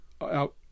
out